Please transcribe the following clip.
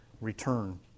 return